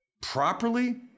properly